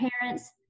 parents